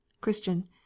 Christian